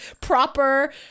proper